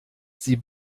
sie